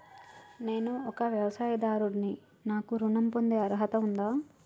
నేను ఒక వ్యవసాయదారుడిని నాకు ఋణం పొందే అర్హత ఉందా?